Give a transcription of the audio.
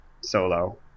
solo